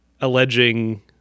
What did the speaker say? alleging